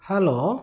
hello